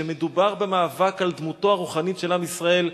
כשמדובר במאבק על דמותו הרוחנית של עם ישראל,